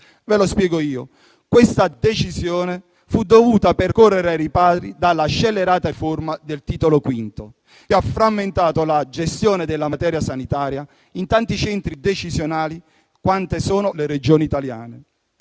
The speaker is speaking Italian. Ve lo spiego io: questa decisione fu dovuta per correre ai ripari dalla scellerata riforma del Titolo V della Costituzione, che ha frammentato la gestione della materia sanitaria in tanti centri decisionali quante sono le Regioni italiane